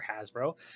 Hasbro